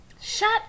Shut